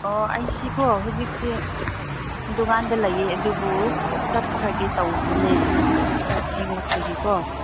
ꯑꯣ ꯑꯩꯁꯤꯀꯣ ꯍꯧꯖꯤꯛꯁꯦ ꯗꯨꯀꯥꯟꯗ ꯂꯩꯌꯦ ꯑꯗꯨꯕꯨ ꯆꯠꯈ꯭ꯔꯒꯦ ꯇꯧꯕꯅꯦ ꯍꯧꯖꯤꯛꯁꯤ ꯈꯔ ꯊꯦꯡꯂꯛꯄꯒꯤꯀꯣ